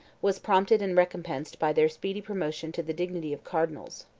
was prompted and recompensed by their speedy promotion to the dignity of cardinals.